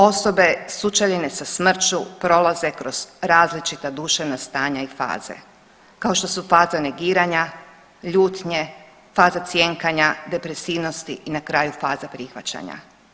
Osobe sučeljene sa smrću prolaze kroz različita duševna stanja i faze, kao što su faza negiranja, ljutnje, faza cjenkanja, depresivnosti i na kraju faza prihvaćanja.